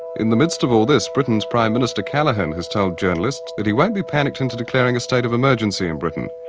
in the midst of all this, britain's prime minister callaghan has told journalists that he won't be panicked into declaring a state of emergency in britain.